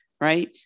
right